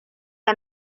que